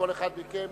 לכל אחד מכם